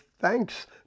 thanks